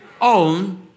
own